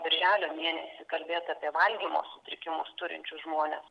birželio mėnesį kalbėt apie valgymo sutrikimus turinčius žmones